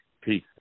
Peace